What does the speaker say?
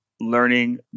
learning